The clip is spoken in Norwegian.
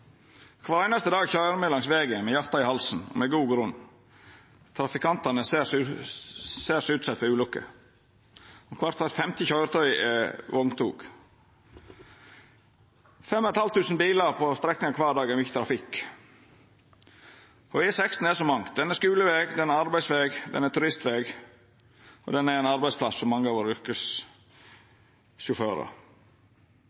Kvar einaste dag køyrer me langs vegen med hjartet i halsen – med god grunn. Trafikantane er særs utsette for ulykker, og kvart femte køyretøy er eit vogntog. 5 500 bilar på strekninga kvar dag er mykje trafikk, og E16 er så mangt: Han er skuleveg, arbeidsveg, turistveg og arbeidsplass for mange av våre